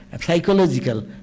psychological